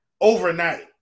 overnight